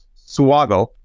Swaggle